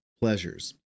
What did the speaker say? pleasures